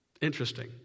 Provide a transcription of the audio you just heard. interesting